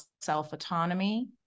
self-autonomy